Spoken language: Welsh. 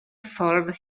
ffordd